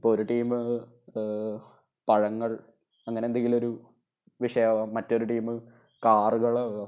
അപ്പോള് ഒരു ടീം പഴങ്ങൾ അങ്ങനെ എന്തെങ്കിലും ഒരു വിഷയമാവാം മറ്റൊരു ടീം കാറുകളാവാം